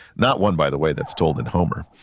not one, by the way, that's told in homer.